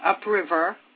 upriver